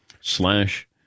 slash